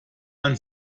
man